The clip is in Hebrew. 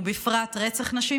ובפרט רצח נשים,